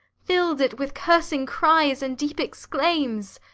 fill'd it with cursing cries and deep exclaims.